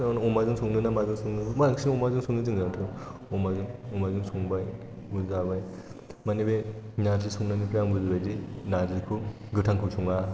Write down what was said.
अमाजों संनो ना माजों संनो बांसिन अमाजों सङो जोङो आंथ' अमाजों संबाय मोनजाबाय माने बे नारजि संनायनिफ्राय आमुलनिबायदि नारजिखौ गोथांखौ सङा